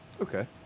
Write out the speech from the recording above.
Okay